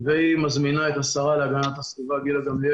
והיא מזמינה את השרה להגנת הסביבה גילה גמליאל